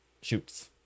Shoots